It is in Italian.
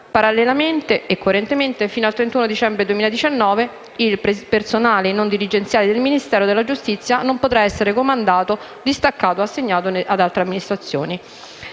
Parallelamente e coerentemente, fino al 31 dicembre 2019 il personale non dirigenziale del Ministero della giustizia non potrà essere comandato, distaccato o assegnato ad altre amministrazioni.